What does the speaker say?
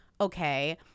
okay